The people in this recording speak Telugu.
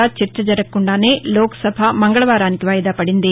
కూడా చర్చ జరగకుండానే లోక్సభ మంగళవారానికి వాయిదా పడింది